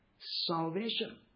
salvation